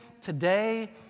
today